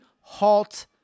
halt